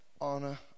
honor